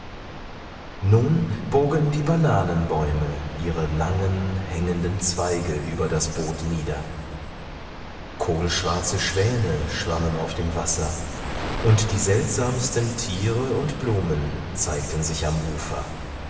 nun bogen die bananenbäume ihre langen hängenden zweige über das bot nieder kohlschwarze schwäne schwammen auf dem wasser und die seltsamsten tiere und blumen zeigten sich am ufer